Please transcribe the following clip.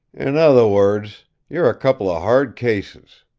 in other words you're a couple of hard cases.